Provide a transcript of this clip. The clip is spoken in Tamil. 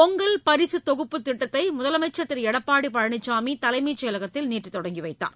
பொங்கல் பரிசு தொகுப்பு திட்டத்தை முதலமைச்சர் திரு எடப்பாடி பழனிசாமி தலைமைச் செயலகத்தில் நேற்று தொடங்கி வைத்தார்